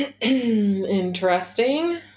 Interesting